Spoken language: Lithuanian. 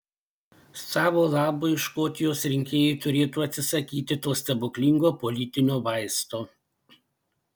savo labui škotijos rinkėjai turėtų atsisakyti to stebuklingo politinio vaisto